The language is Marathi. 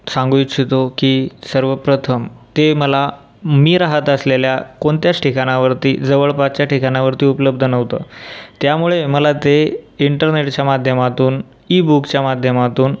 सांगू इच्छितो की सर्वप्रथम ते मला मी राहात असलेल्या कोणत्याच ठिकाणावरती जवळपासच्या ठिकाणावरती उपलब्ध नव्हतं त्यामुळे मला ते इंटरनेटच्या माध्यमातून ई बुकच्या माध्यमातून